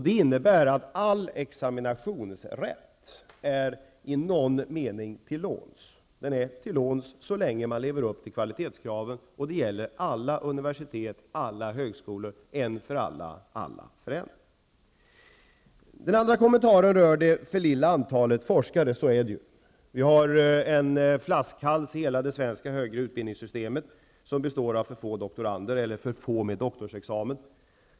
Det innebär att all eximinationsrätt är så att säga till låns så länge man lever upp till kvalitetskraven. Och det gäller alla universitet och högskolor, en för alla, alla för en. Min andra kommentar rör det för låga antalet forskare. Det finns en flaskhals i hela det svenska högre utbildningssystemet. Den består av för få doktorander och för få med doktorsexamen.